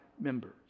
members